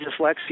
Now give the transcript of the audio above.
dyslexia